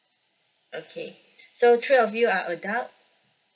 okay so three of you are adult